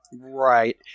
Right